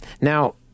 Now